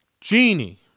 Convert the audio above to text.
Genie